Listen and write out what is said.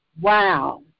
wow